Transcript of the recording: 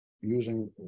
using